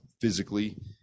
physically